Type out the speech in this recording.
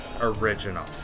original